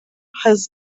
has